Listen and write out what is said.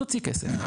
תוציא כסף.